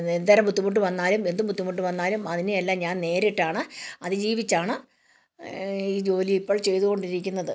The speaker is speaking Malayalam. എന്തര ബുദ്ധിമുട്ട് വന്നാലും എന്ത് ബുദ്ധിമുട്ട് വന്നാലും അതിനെയെല്ലാം ഞാൻ നേരിട്ടാണ് അതിജീവിച്ചാണ് ഈ ജോലി ഇപ്പോൾ ചെയ്ത് കൊണ്ടിരിക്കുന്നത്